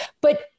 but-